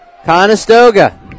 conestoga